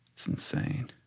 it's insane.